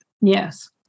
Yes